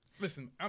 Listen